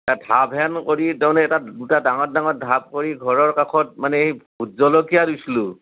ঢাপ হেন কৰি তাৰমানে এটা দুটা ডাঙৰ ডাঙৰ ঢাপ কৰি ঘৰৰ কাষত মানে হে ভোট জলকীয়া ৰুইছিলোঁ